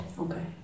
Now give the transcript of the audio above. Okay